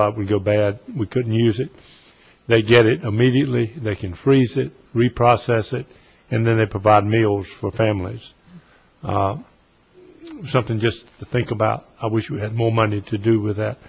live we go bad we couldn't use it they get it immediately they can freeze it reprocess it and then they provide meals for families something just to think about i wish you had more money to do with that